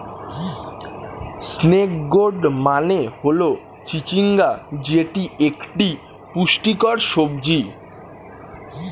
snake gourd মানে হল চিচিঙ্গা যেটি একটি পুষ্টিকর সবজি